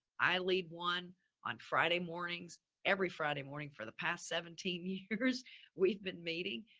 i lead one on friday mornings every friday morning for the past seventeen years years we've been meeting.